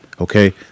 Okay